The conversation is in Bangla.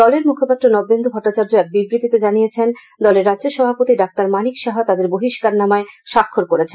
দলের মুখপাত্র নবেন্দু ভট্টাচার্য এক বিবৃতিতে জানিয়েছেন দলের রাজ্য সভাপতি ডাঃ মানিক সাহা তাদের বহিষ্কার নামায় স্বাক্ষর করেছেন